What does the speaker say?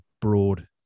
broad